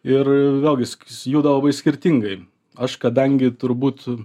ir vėl viskas juda labai skirtingai aš kadangi turbūt